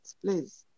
please